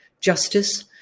justice